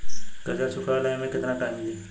कर्जा चुकावे ला एमे केतना टाइम मिली?